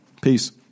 Peace